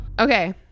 Okay